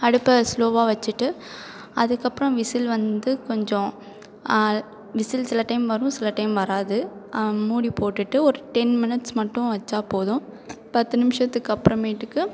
அடுப்பை ஸ்லோவா வச்சிட்டு அதுக்கப்பறம் விசில் வந்து கொஞ்சம் விசில் சில டைம் வரும் சில டைம் வராது மூடி போட்டுட்டு ஒரு டென் மினிட்ஸ் மட்டும் வச்சா போதும் பத்து நிமிடத்துக்கப்பறமேட்டுக்கு